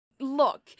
Look